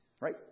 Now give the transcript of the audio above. right